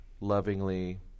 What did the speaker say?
lovingly